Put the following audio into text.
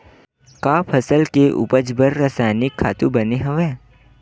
का फसल के उपज बर रासायनिक खातु बने हवय?